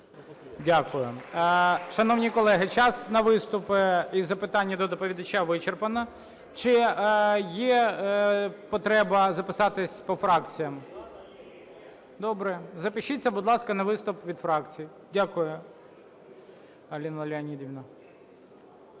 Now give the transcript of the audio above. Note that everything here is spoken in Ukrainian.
Дякую. Шановні колеги, час на виступи і запитання до доповідача вичерпано. Чи є потреба записатись по фракціям? Добре. Запишіться, будь ласка, на виступ від фракцій. Дякую,